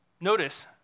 Notice